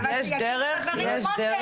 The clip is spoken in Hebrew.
יש דרך -- גבי,